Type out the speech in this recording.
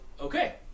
okay